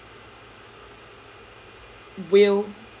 will